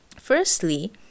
Firstly